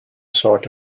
sought